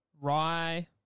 Rye